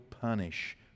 punish